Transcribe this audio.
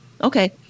Okay